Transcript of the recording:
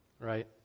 right